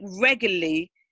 regularly